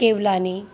Kewalani